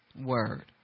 word